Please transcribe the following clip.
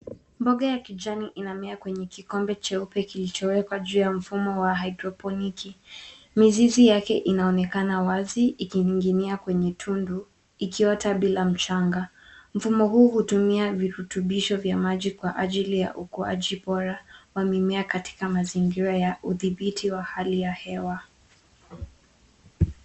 Mboga ya kijani inamea kwenye kikombe cheupe kilichowekwa juu ya mfumo wa haidroponiki. Mizizi yake inaonekana wazi ikining'inia kwenye tundu ikiota bila mchanga. Mfumo huu hutumia virutubisho vya maji kwa ajili ya ukuaji bora wa mimea katika mazingira ya udhibiti wa hali ya hewa.